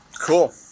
Cool